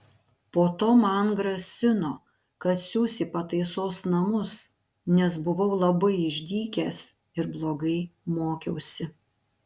po to man grasino kad siųs į pataisos namus nes buvau labai išdykęs ir blogai mokiausi